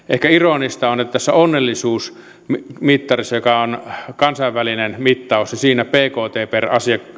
ehkä ironista on että tässä onnellisuusmittarissa joka on kansainvälinen mittaus bkt per